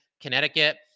Connecticut